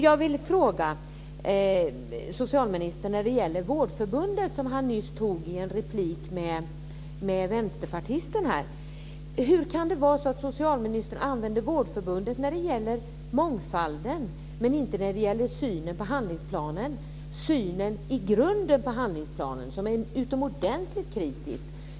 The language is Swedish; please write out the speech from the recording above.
Jag vill fråga socialministern om Vårdförbundet, som han nyss tog upp i en replik till vänsterpartisten här: Hur kan socialministern använda Vårdförbundet när det gäller mångfalden men inte när det gäller synen på handlingsplanen? Synen på handlingsplanen är ju i grunden utomordentligt kritisk.